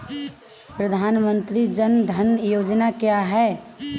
प्रधानमंत्री जन धन योजना क्या है?